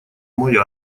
мой